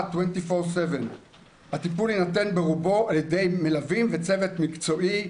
24/7. הטיפול יינתן ברובו על ידי מלווים וצוות מקצועי,